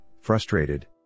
frustrated